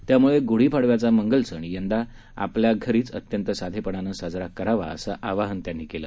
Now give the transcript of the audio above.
त्यामुळे गुढी पाडव्याचा मंगल सण यंदा आपापल्या घरीच अत्यंत साधेपणानं साजरा करावा असं आवाहन त्यांनी केलं